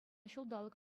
ҫулталӑк